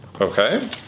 Okay